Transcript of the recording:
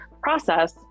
process